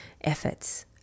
efforts